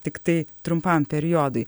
tiktai trumpam periodui